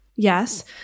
Yes